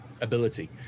ability